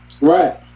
Right